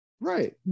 Right